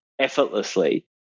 Effortlessly